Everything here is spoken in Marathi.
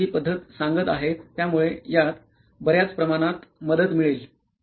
आपण जी पद्धत सांगत आहेत त्यामुळे यात बऱ्याच प्रमाणात मदत मिळेल